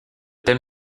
thème